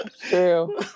True